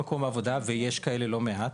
שיש כאלה לא מעט,